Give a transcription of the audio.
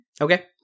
Okay